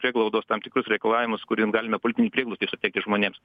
prieglaudos tam tikrus reikalavimus kur jiem galime politinį prieglobstį suteikti žmonėms